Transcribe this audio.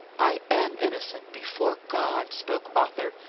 i am innocent, before god, spoke arthur,